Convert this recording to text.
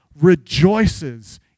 rejoices